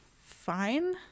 fine